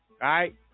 right